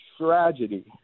tragedy